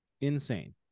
insane